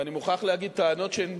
ואני מוכרח להגיד, טענות שהן